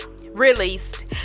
released